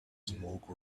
smoke